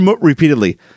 repeatedly